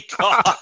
God